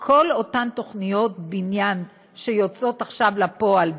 כל אותן תוכניות בניין שיוצאות עכשיו לפועל,